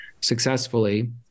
successfully